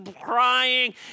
crying